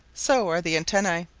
so are the antennae,